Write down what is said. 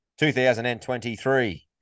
2023